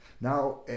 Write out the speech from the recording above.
Now